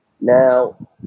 Now